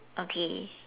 okay